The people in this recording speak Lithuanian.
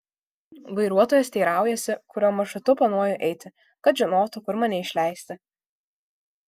vairuotojas teiraujasi kuriuo maršrutu planuoju eiti kad žinotų kur mane išleisti